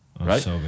Right